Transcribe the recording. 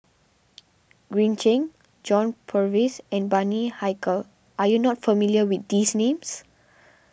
Green Zeng John Purvis and Bani Haykal are you not familiar with these names